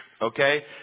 okay